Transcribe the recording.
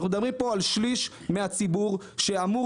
אנחנו מדברים על שליש מהציבור שאמור